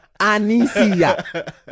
Anisia